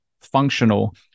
functional